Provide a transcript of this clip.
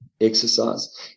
exercise